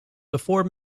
before